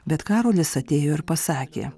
bet karolis atėjo ir pasakė